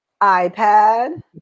iPad